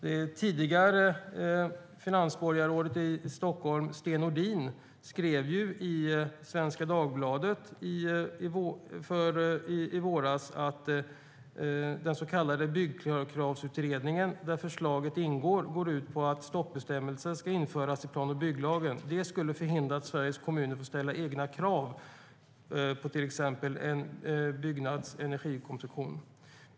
Det tidigare finansborgarrådet i Stockholm, Sten Nordin, skrev i Svenska Dagbladet 2013: "Den så kallade byggkravsutredningen, där förslaget ingår, går ut på att en 'stoppbestämmelse' ska införas i plan och bygglagen. Det skulle förhindra att Sveriges kommuner får ställa egna krav på till exempel en byggnads energikonsumtion.